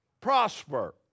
prosper